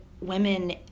women